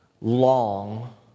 long